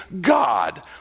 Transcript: God